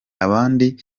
abandi